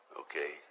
Okay